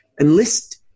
enlist